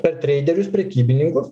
per treiderius prekybininkus